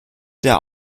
der